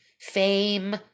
fame